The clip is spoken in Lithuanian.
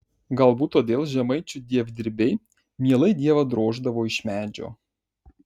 galbūt todėl žemaičių dievdirbiai mielai dievą droždavo iš medžio